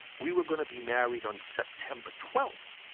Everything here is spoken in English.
we were going to be married on september twelve.